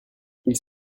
ils